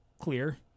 clear